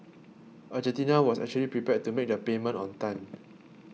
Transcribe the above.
Argentina was actually prepared to make the payment on time